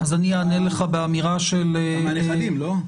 אז אני אענה לך באמירה של --- מהנכדים, לא?